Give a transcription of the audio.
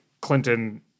Clinton-